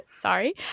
Sorry